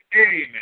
Amen